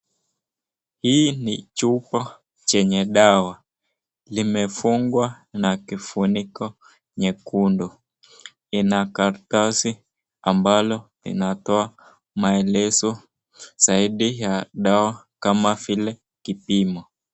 Hii ni chupa chenye dawa limefungwa na kifuniko nyekundu, ina karatasi ambalo linatoa maelezo zaidi ya dawa kama vile kipimo.